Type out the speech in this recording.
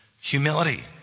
Humility